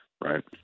right